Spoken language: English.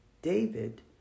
David